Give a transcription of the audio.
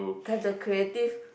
have the creative